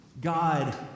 God